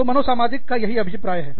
तो मनोसामाजिक का अभिप्राय यही है